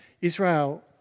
Israel